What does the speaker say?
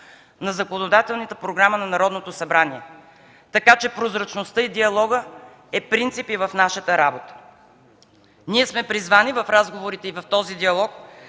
по законодателната програма на Народното събрание, така че прозрачността и диалогът са принцип в нашата работа. Ние сме призвани в разговорите и в този диалог